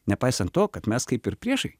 nepaisant to kad mes kaip ir priešai